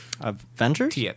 Avengers